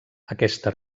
aquesta